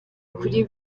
kuri